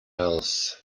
else